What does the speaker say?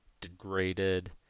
Degraded